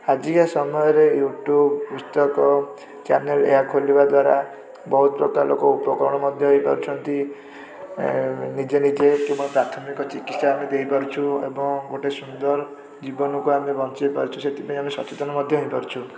ଆଜିକା ସମୟରେ ୟୁଟ୍ୟୁବ୍ ପୁସ୍ତକ ଚ୍ୟାନେଲ୍ ଖୋଲିବା ଦ୍ଵାରା ବହୁତ ପ୍ରକାର ଲୋକ ଉପକାର ମଧ୍ୟ ହୋଇପାରୁଛନ୍ତି ଏଁ ନିଜେ ନିଜେ କିମ୍ବା ପ୍ରାଥମିକ ଚିକିତ୍ସା ଆମେ ଦେଇପାରୁଛୁ ଏବଂ ଗୋଟେ ସୁନ୍ଦର ଜୀବନକୁ ଆମେ ବଞ୍ଚାଇ ପାରୁଛୁ ସେଥିପାଇଁ ଆମେ ସଚେତନ ମଧ୍ୟ ହେଇପାରୁଛୁ